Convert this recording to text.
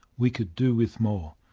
we could do with more.